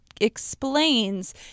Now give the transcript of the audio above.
explains